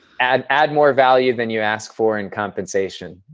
add add more value than you ask for in compensation.